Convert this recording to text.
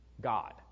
God